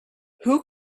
who